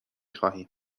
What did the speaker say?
خواهیم